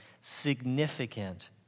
significant